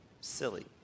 silly